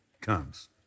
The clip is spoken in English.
comes